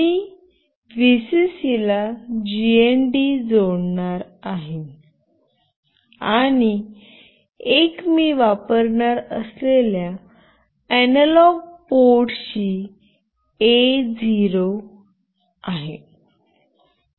मी VCC ला GND ला जोडणार आहे आणि एक मी वापरणार असलेल्या अॅनालॉग पोर्टशी ए 0 आहे